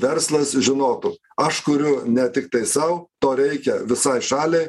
verslas žinotų aš kuriu ne tiktai sau to reikia visai šaliai